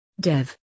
Dev